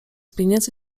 pieniędzy